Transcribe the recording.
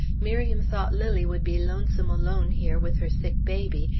miriam thought lilly would be lonesome alone here with her sick baby,